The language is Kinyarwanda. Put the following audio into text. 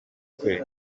kure